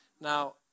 Now